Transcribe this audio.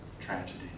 tragedy